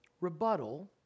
rebuttal